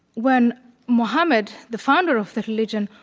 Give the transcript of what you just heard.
when mohammad, the founder of the religion,